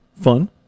Fun